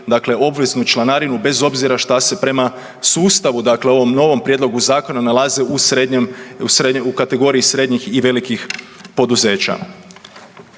dakle obveznu članarinu bez obzira što se prema sustavu dakle ovom novom Prijedlogu zakona nalaze u srednjem, u kategoriji srednjih i velikih poduzeća?